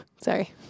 Sorry